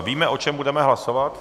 Víme, o čem budeme hlasovat?